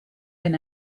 been